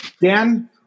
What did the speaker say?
Dan